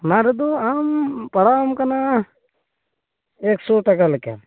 ᱚᱱᱟ ᱨᱮᱫᱚ ᱟᱢ ᱯᱟᱲᱟᱣᱟᱢ ᱠᱟᱱᱟ ᱮᱠᱥᱚ ᱴᱟᱠᱟ ᱞᱮᱠᱟ